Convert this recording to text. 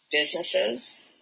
businesses